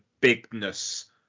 bigness